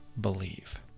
believe